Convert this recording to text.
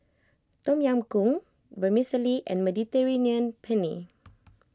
Tom Yam Goong Vermicelli and Mediterranean Penne